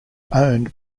owned